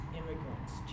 immigrants